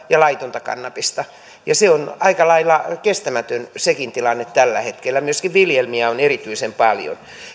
ja laitonta kannabista ja sekin tilanne on aika lailla kestämätön tällä hetkellä myöskin viljelmiä on erityisen paljon